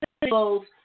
people